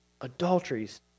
adulteries